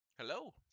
Hello